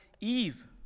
Eve